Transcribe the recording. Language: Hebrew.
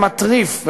ומטריף,